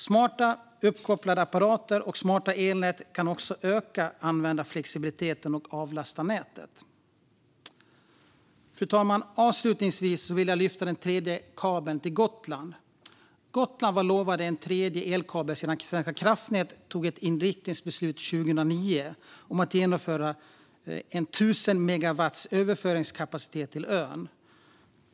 Smarta, uppkopplade apparater och smarta elnät kan också öka användarflexibiliteten och avlasta nätet. Fru talman! Avslutningsvis vill jag lyfta den tredje kabeln till Gotland. Gotland var lovat en tredje elkabel sedan Svenska kraftnät tog ett inriktningsbeslut 2009 om att genomföra l 000 megawatt överföringskapacitet till ön.